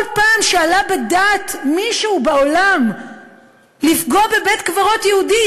כל פעם שעלה בדעת מישהו בעולם לפגוע בבית-קברות יהודי,